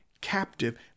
captive